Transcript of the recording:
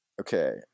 Okay